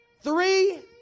three